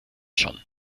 schon